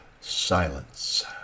silence